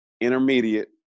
intermediate